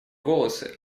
волосы